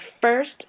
first